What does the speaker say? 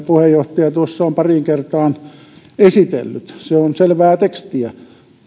puheenjohtaja tuossa on pariin kertaan esitellyt se on selvää tekstiä